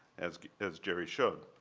as as jerry showed.